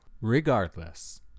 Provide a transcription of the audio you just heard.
Regardless